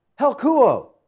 Helkuo